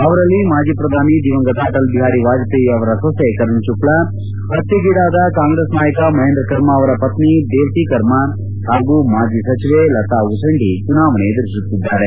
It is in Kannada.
ಅವರಲ್ಲಿ ಮಾಜಿ ಶ್ರಧಾನಿ ದಿವಂಗತ ಅಟಲ್ ಬಿಹಾರಿ ವಾಜಹೇಯಿ ಅವರ ಸೊಸೆ ಕರುಣಾ ಶುಕ್ಲಾ ಹತ್ನೆಗೀಡಾದ ಕಾಂಗ್ರೆಸ್ ನಾಯಕ ಮಹೇಂದ್ರ ಕರ್ಮ ಅವರ ಪತ್ನಿ ದೇವ್ತಿ ಕರ್ಮ ಹಾಗೂ ಮಾಜಿ ಸಚಿವೆ ಲತಾ ಉಸೆಂಡಿ ಚುನಾವಣೆ ಎದುರಿಸುತ್ತಿದ್ದಾರೆ